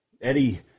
Eddie